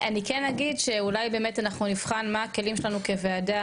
אני כן אגיד שאולי באמת אנחנו נבחן מה הכלים שלנו כוועדה,